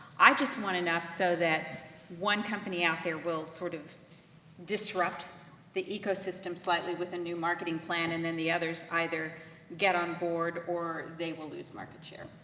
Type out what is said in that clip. i just want enough, so that one company out there will sort of disrupt the ecosystem slightly with a new marketing plan, and then the others either get on board, or they will lose market share.